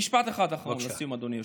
משפט אחד אחרון לסיום, אדוני היושב-ראש.